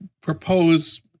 propose